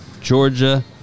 Georgia